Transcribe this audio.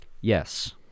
Yes